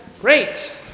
Great